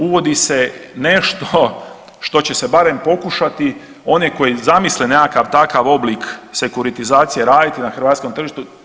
Uvodi se nešto što će se barem pokušati one koji zamisle nekakav takav oblik sekuritizacije raditi na hrvatskom tržištu.